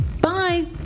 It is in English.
Bye